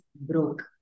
broke